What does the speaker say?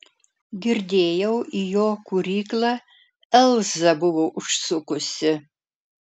girdėjau į jo kūryklą elza buvo užsukusi